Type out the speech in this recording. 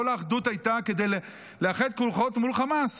כל האחדות הייתה כדי לאחד כוחות מול חמאס.